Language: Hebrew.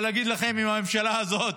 אבל אני אגיד לכם, הממשלה הזאת